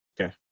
Okay